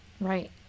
right